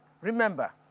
Remember